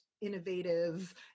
innovative